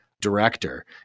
director